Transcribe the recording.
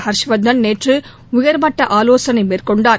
ஹர்ஷ்வர்தன் நேற்று உயர்மட்ட ஆலோசனை மேற்கொண்டார்